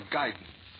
guidance